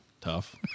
tough